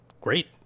great